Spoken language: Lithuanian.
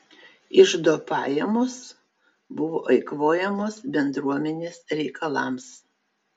iždo pajamos buvo eikvojamos bendruomenės reikalams